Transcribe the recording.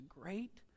great